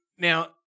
Now